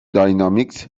داینامیکس